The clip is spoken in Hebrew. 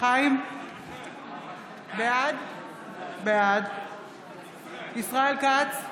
בעד ישראל כץ,